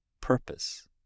purpose